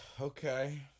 Okay